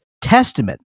testament